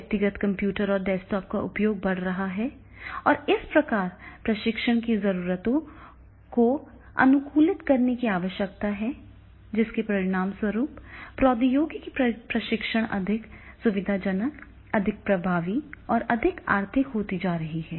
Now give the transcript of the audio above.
व्यक्तिगत कंप्यूटर और डेस्कटॉप का उपयोग बढ़ रहा है और इस प्रकार प्रशिक्षण की जरूरतों को अनुकूलित करने की आवश्यकता है जिसके परिणामस्वरूप प्रौद्योगिकी प्रशिक्षण अधिक सुविधाजनक अधिक प्रभावी और अधिक आर्थिक होता जा रहा है